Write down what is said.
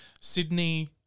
Sydney